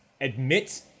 admit